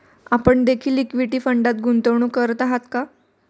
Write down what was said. आपण देखील इक्विटी फंडात गुंतवणूक करत आहात का?